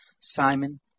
Simon